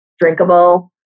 drinkable